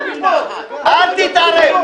אל תתערב.